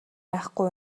айхгүй